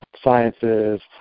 sciences